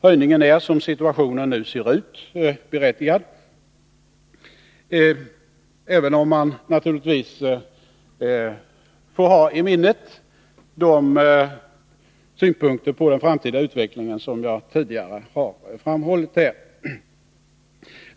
Höjningen är som situationen nu ser ut berättigad, även om man naturligtvis får ha i minnet de synpunkter på den framtida utvecklingen som jag tidigare har framhållit.